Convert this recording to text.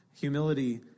Humility